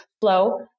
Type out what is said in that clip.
flow